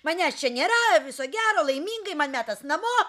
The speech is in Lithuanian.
manęs čia nėra viso gero laimingai man metas namo